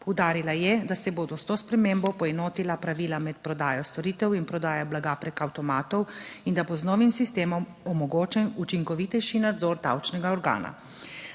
Poudarila je, da se bodo s to spremembo poenotila pravila med prodajo storitev in prodajo blaga preko avtomatov in da bo z novim sistemom omogočen učinkovitejši nadzor davčnega organa.